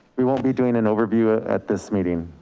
we won't be doing an overview ah at this meeting.